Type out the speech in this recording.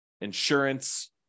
insurance